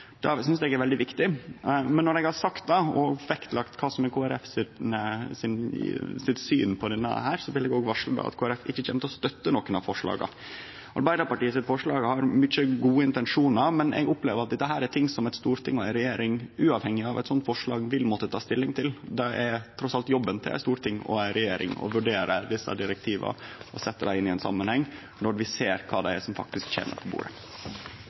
Det synest eg er veldig viktig. Men når eg har sagt det og vektlagt kva som er Kristeleg Folkepartis syn på dette, vil eg òg varsle at Kristeleg Folkeparti ikkje kjem til å støtte nokon av forslaga. Arbeidarpartiets forslag har mykje gode intensjonar, men eg opplever at dette er ting som eit storting og ei regjering uavhengig av eit slikt forslag vil måtte ta stilling til. Det er trass i alt jobben til eit storting og ei regjering å vurdere desse direktiva og setje dei inn i ein samanheng når vi ser kva det er som faktisk kjem på bordet.